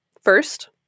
first